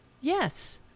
yes